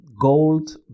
gold